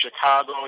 Chicago